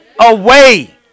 away